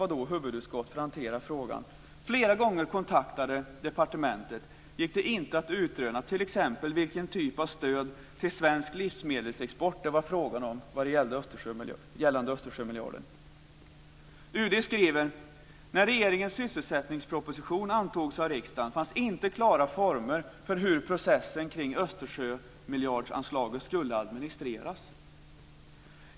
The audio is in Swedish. Trots att utskottets kansli flera gånger kontaktade departementet gick det inte att utröna t.ex. vilken typ av stöd till svensk livsmedelsexport det var fråga om när det gällde Östersjömiljarden. UD skriver: När regeringens sysselsättningsproposition antogs av riksdagen fanns det inte klara former för hur processen kring Östersjömiljardsanslaget skulle administreras.